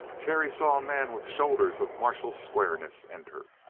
terry saw a man with shoulders of martial squareness enter.